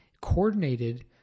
coordinated